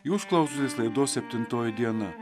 jūs klausotės laidos septintoji diena